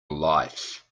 life